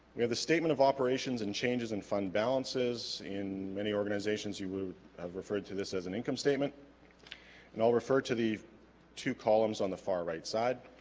yeah the statement of operations and changes in fund balances in many organizations you would have referred to this this as an income statement and i'll refer to the two columns on the far right side